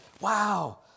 Wow